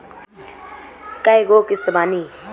कय गो किस्त बानी?